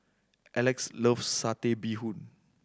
Elex loves Satay Bee Hoon